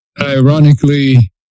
ironically